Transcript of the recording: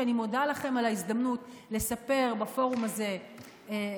שאני מודה לכם על ההזדמנות לספר בפורום הזה ובהזדמנות